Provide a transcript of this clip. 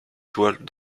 toiles